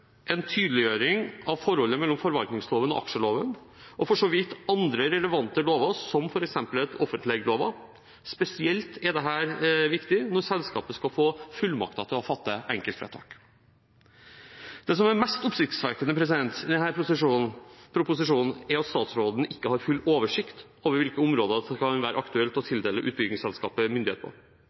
en tydeliggjøring av forholdet mellom forvaltningsloven og aksjeloven – og for så vidt andre relevante lover, som f.eks. offentlighetsloven. Spesielt er dette viktig når selskapet skal få fullmakter til å fatte enkeltvedtak. Det som er mest oppsiktsvekkende med denne proposisjonen, er at statsråden ikke har full oversikt over hvilke områder der det kan være aktuelt å tildele utbyggingsselskapet myndighet.